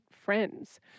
friends